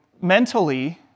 mentally